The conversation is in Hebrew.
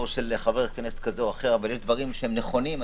של חבר כנסת כזה או אחר אבל יש דברים שהם נכונים.